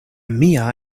mia